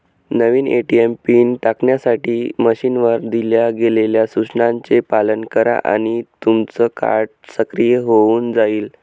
नवीन ATM PIN टाकण्यासाठी मशीनवर दिल्या गेलेल्या सूचनांचे पालन करा आणि तुमचं कार्ड सक्रिय होऊन जाईल